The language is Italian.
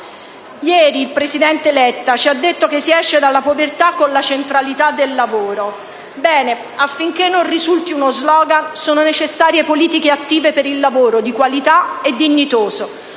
Ieri il presidente Letta ci ha detto che si esce dalla povertà con la centralità del lavoro; bene, affinché non risulti uno *slogan* sono necessarie politiche attive per il lavoro di qualità e dignitoso,